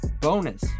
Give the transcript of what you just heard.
bonus